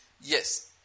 Yes